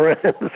friends